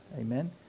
Amen